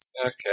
Okay